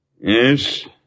Yes